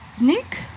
Nick